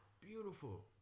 beautiful